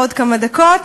עוד כמה דקות,